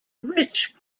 rich